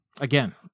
again